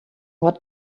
what